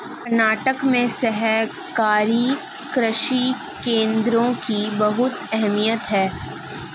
कर्नाटक में सहकारी कृषि केंद्रों की बहुत अहमियत है